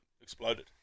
exploded